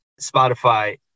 Spotify